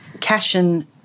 Cashin